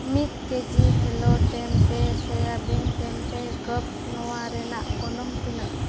ᱢᱤᱫ ᱠᱮᱡᱤ ᱦᱮᱞᱳ ᱴᱮᱢᱯᱮ ᱥᱚᱭᱟᱵᱤᱱ ᱴᱮᱢᱯᱮ ᱠᱚᱵᱥ ᱱᱚᱣᱟ ᱨᱮᱱᱟᱜ ᱜᱚᱱᱚᱝ ᱛᱤᱱᱟᱹᱜ